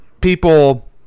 people